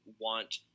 want